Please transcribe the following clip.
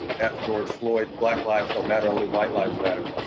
eff george floyd. black lives don't matter. only white lives matter.